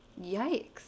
Yikes